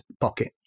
pocket